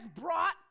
brought